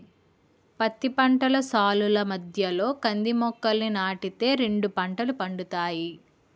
పత్తి పంట సాలుల మధ్యలో కంది మొక్కలని నాటి తే రెండు పంటలు పండుతాయి